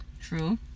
True